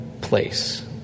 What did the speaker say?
place